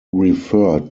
referred